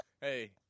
Hey